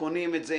קונים את זה,